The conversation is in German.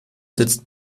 sitzt